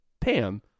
pam